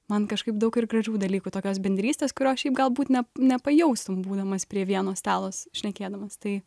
man kažkaip daug ir gražių dalykų tokios bendrystės kurios šiaip galbūt ne nepajaustum būdamas prie vieno stalos šnekėdamas tai